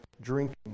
drinking